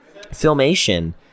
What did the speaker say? Filmation